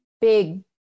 big